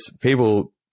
people